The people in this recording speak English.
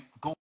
go